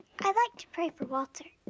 i like to pray for walter.